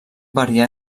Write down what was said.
variar